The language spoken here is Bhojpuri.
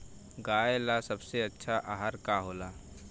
गाय ला सबसे अच्छा आहार का होला?